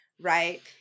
right